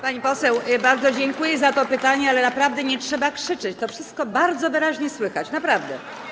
Pani poseł, bardzo dziękuję za to pytanie, ale naprawdę nie trzeba krzyczeć, to wszystko bardzo wyraźnie słychać, naprawdę.